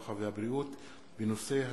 הרווחה והבריאות בעקבות דיון מהיר בנושא: